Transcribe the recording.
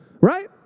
Right